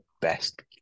best